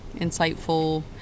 insightful